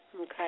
Okay